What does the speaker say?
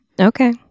Okay